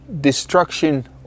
destruction